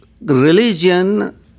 religion